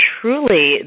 truly